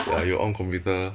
ya you on computer